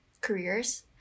careers